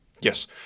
Yes